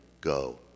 go